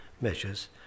measures